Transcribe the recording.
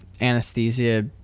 anesthesia